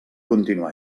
continuar